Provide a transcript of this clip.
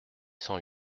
cent